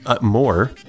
more